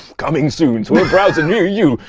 coming soon to a browser near you,